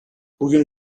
bugün